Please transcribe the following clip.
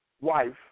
wife